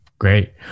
Great